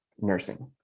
nursing